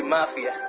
Mafia